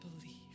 believe